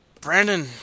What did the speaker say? Brandon